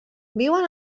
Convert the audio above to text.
viuen